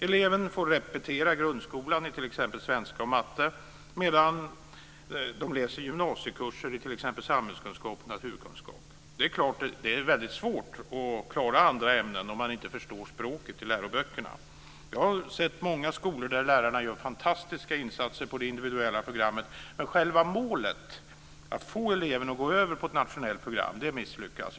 Eleven får repetera grundskolekurser i t.ex. svenska och matte medan de läser gymnasiekurser i t.ex. samhällskunskap och naturkunskap. Det är klart att det är väldigt svårt att klara andra ämnen om man inte förstår språket i läroböckerna. Jag har sett många skolor där lärarna gör fantastiska insatser på det individuella programmet. Men själva målet - att få eleven att gå över på ett nationellt program - misslyckas.